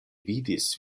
vidis